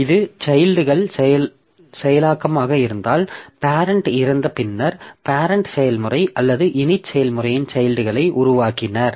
இது சைல்ட்கள் செயலாக்கமாக இருந்தால் பேரெண்ட் இறந்து பின்னர் பேரெண்ட் செயல்முறை அல்லது init செயல்முறையின் சைல்ட்களை உருவாக்கினர்